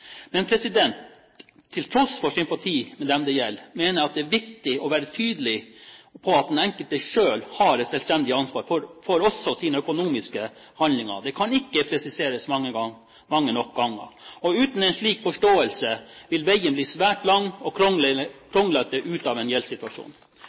til tross for sympati med dem det gjelder, mener jeg at det er viktig å være tydelig på at den enkelte også selv har et selvstendig ansvar for sine økonomiske handlinger. Det kan ikke presiseres mange nok ganger. Uten en slik forståelse vil veien ut av en gjeldssituasjon bli svært lang og